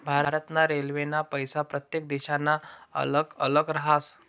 भारत ना रेल्वेना पैसा प्रत्येक देशना अल्लग अल्लग राहस